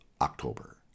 October